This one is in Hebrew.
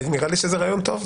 נראה לי שזה רעיון טוב,